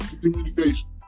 communication